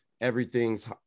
everything's